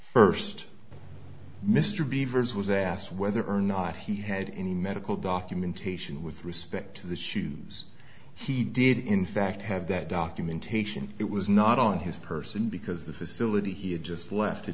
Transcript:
st mr beaver's was asked whether or not he had any medical documentation with respect to the shoes he did in fact have that documentation it was not on his person because the facility he had just left